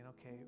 okay